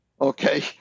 Okay